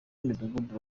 b’imidugudu